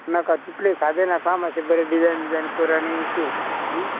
नाका तितलें सादें नाका मात्शें बरें डिजायन बिजायन कर आनी शींव